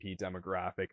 demographic